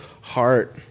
heart